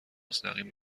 مستقیم